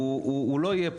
הוא לא יהיה כאן.